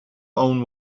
own